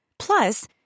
Plus